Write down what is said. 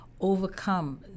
overcome